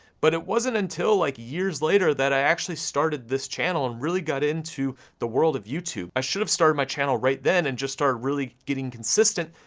but it wasn't until, like years later, that i actually started this channel, and really got into the world of youtube. i should have started my channel right then, and just started really getting consistent,